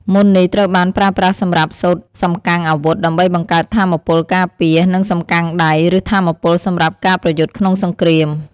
មន្តនេះត្រូវបានប្រើប្រាស់សម្រាប់សូត្រសំកាំងអាវុធ ដើម្បីបង្កើតថាមពលការពារ និងសំកាំងដៃ ឬថាមពលសម្រាប់ការប្រយុទ្ធក្នុងសង្គ្រាម។